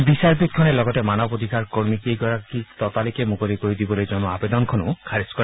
বিচাৰপীঠখনে লগতে মানৱ অধিকাৰ কৰ্মীকেইগৰাকীক ততালিকে মুকলি কৰি দিবলৈ জনোৱা আৱেদনখন খাৰিজ কৰে